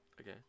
okay